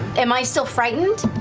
am i still frightened?